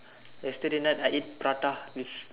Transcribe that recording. yesterday night I ate prata with